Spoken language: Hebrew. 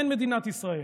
אין מדינת ישראל,